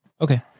Okay